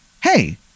hey